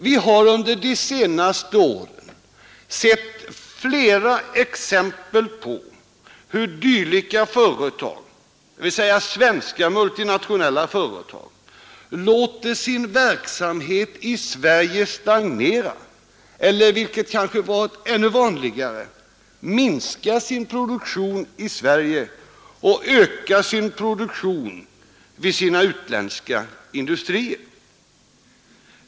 Vi har under de senaste åren sett flera exempel på hur svenska multinationella företag låter sin verksamhet i Sverige stagnera, eller vilket kanske varit ännu vanligare, minska sin produktion i Sverige och öka den vid sina utländska industrier.